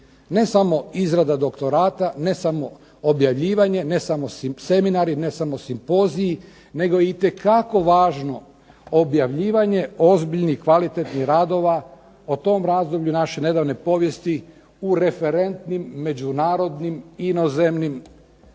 Ne samo izrada doktorata, ne samo objavljivanje, ne samo seminari, ne samo simpoziji nego itekako važno objavljivanje, ozbiljnih, kvalitetnih radova, o tom razdoblju naše nedavne povijesti u referentnim međunarodnim, inozemnim